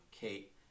Kate